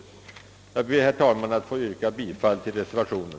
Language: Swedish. Herr talman! Jag ber att få yrka bifall till reservationen.